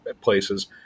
places